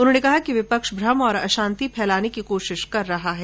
उन्होंने कहा कि विपक्ष भ्रम और अशांति फैलाने की कोशिश कर रहा है